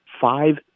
five